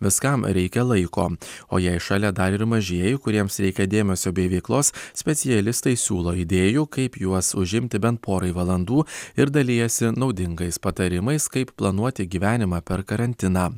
viskam reikia laiko o jei šalia dar ir mažieji kuriems reikia dėmesio bei veiklos specialistai siūlo idėjų kaip juos užimti bent porai valandų ir dalijasi naudingais patarimais kaip planuoti gyvenimą per karantiną